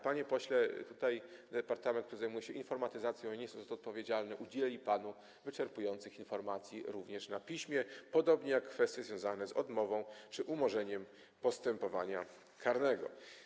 Panie pośle, tutaj departament, który zajmuje się informatyzacją - ja nie jestem za to odpowiedzialny - udzieli panu wyczerpujących informacji również na piśmie, podobnie jeśli chodzi o kwestie związane z odmową czy umorzeniem postępowania karnego.